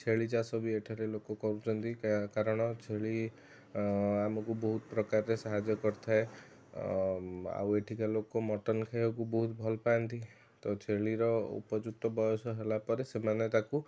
ଛେଳି ଚାଷ ବି ଏଠାରେ ଲୋକ କରୁଛନ୍ତି କା କାରଣ ଛେଳି ଆମକୁ ବହୁତ ପ୍ରକାରେ ସାହାଯ୍ୟ କରିଥାଏ ଆଉ ଏଠିକା ଲୋକ ମଟନ୍ ଖାଇବାକୁ ବହୁତ ଭଲପାଆନ୍ତି ତ ଛେଳିର ଉପଯୁକ୍ତ ବୟସ ହେଲାପରେ ସେମାନେ ତାକୁ